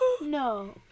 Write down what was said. No